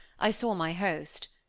i saw my host.